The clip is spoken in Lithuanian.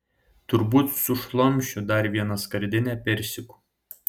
turbūt sušlamšiu dar vieną skardinę persikų